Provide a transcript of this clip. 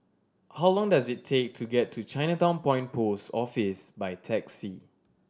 how long does it take to get to Chinatown Point Post Office by taxi